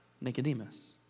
Nicodemus